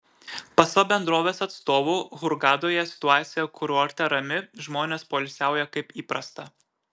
pasak bendrovės atstovų hurgadoje situacija kurorte rami žmonės poilsiauja kaip įprasta